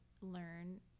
learn